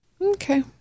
Okay